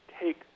take